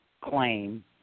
claim